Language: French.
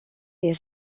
est